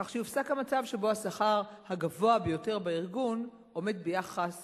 כך שיופסק המצב שבו השכר הגבוה ביותר בארגון עומד ביחס